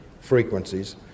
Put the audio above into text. frequencies